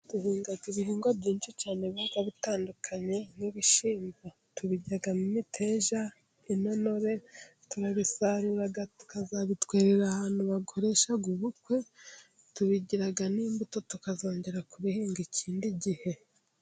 Duhinga ibihingwa byinshi cyane biba bitandukanye nk'ibishyimbo tubiryamo imiteja, intonore ,turabisarura tukazabitwerera ahantu bakoresha ubukwe, tubigira n'imbuto tukazongera kubihinga ikindi gihe.